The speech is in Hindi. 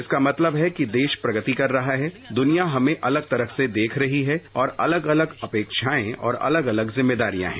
इस का मतलब है कि देश प्रगति कर रहा है दूनिया हमें अलग तरह से देख रही है और अलग अलग अपेक्षाएं अलग अलग जिम्मेदारियां है